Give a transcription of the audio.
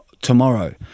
tomorrow